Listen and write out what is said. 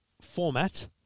format